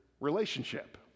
relationship